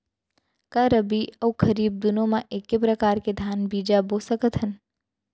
का रबि अऊ खरीफ दूनो मा एक्के प्रकार के धान बीजा बो सकत हन?